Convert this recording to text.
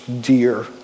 dear